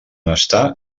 està